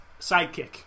sidekick